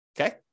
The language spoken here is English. Okay